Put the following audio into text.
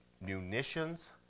munitions